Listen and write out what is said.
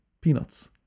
peanuts